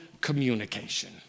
communication